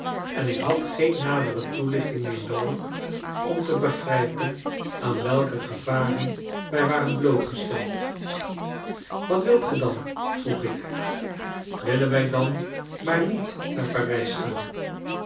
en ik had geen nadere toelichting meer noodig om te begrijpen aan welke gevaren wij waren blootgesteld wat wilt ge dan vroeg ik willen wij dan maar niet naar parijs gaan